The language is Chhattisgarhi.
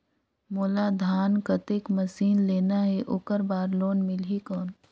मोला धान कतेक मशीन लेना हे ओकर बार लोन मिलही कौन?